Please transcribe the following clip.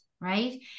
right